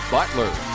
Butler